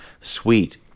sweet